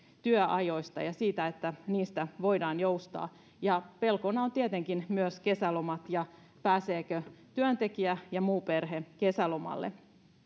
työajoista ja siitä että niistä voidaan joustaa ja pelkona ovat tietenkin myös kesälomat ja se pääseekö työntekijä ja muu perhe kesälomalle